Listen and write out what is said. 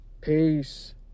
peace